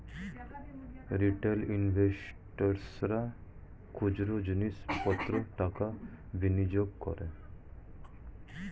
retail ইনভেস্টর্সরা খুচরো জিনিস পত্রে টাকা বিনিয়োগ করে